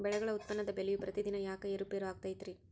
ಬೆಳೆಗಳ ಉತ್ಪನ್ನದ ಬೆಲೆಯು ಪ್ರತಿದಿನ ಯಾಕ ಏರು ಪೇರು ಆಗುತ್ತೈತರೇ?